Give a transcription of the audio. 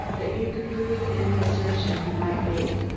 that you could prove any assertion you might make,